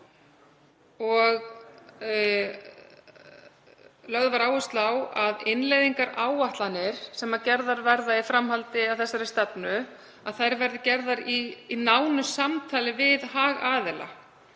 Lögð var áhersla á að innleiðingaráætlanir sem gerðar verða í framhaldi af þessari stefnu verði gerðar í nánu samtali við hagaðila